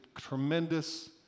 tremendous